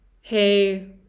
hey